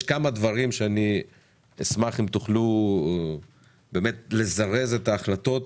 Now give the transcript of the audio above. יש כמה דברים שאני אשמח אם תוכלו באמת לזרז את ההחלטות.